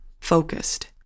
focused